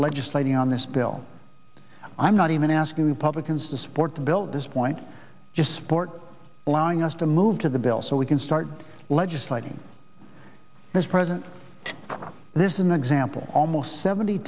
legislating on this bill i'm not even asking republicans to support the bill this point just support allowing us to move to the bill so we can start legislating as president this in the example almost seventy